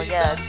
Yes